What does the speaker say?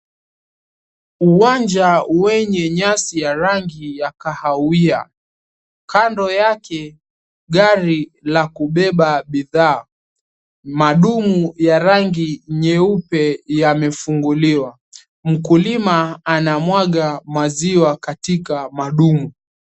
Uwanja wenye nyasi ya rangi ya kahawia. Kando yake gari la kubeba bidhaa. Madumu ya rangi nyeupe yamefunguliwa. Mkulima anamwaga maziwa katika madumu.